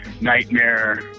Nightmare